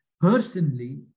Personally